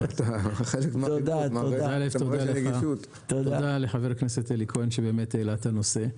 תודה לחבר הכנסת אלי כהן שהעלה את הנושא.